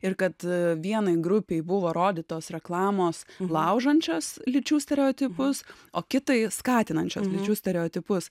ir kad vienai grupei buvo rodytos reklamos laužančios lyčių stereotipus o kitai skatinančios lyčių stereotipus